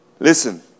Listen